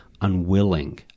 unwilling